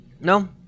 No